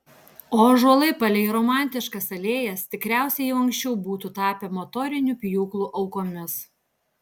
o ąžuolai palei romantiškas alėjas tikriausiai jau anksčiau būtų tapę motorinių pjūklų aukomis